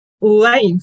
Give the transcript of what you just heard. life